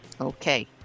Okay